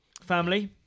Family